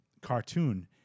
cartoon